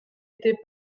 était